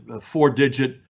four-digit